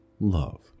love